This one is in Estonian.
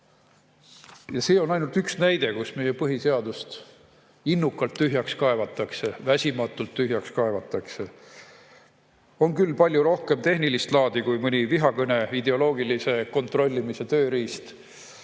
Ja see on ainult üks näide, kui meie põhiseadust innukalt tühjaks kaevatakse, väsimatult tühjaks kaevatakse. On küll palju rohkem tehnilist laadi kui mõni vihakõne ideoloogilise kontrollimise tööriist,